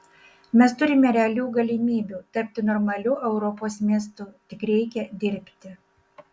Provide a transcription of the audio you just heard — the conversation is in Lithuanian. mes turime realių galimybių tapti normaliu europos miestu tik reikia dirbti